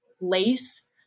lace